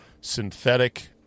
synthetic